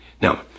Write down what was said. Now